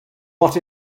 what